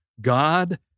God